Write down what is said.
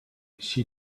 she